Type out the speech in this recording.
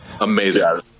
Amazing